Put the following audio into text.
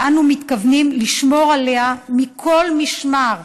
ואנו מתכוונים לשמור עליה מכל משמר.